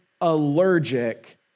allergic